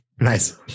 Nice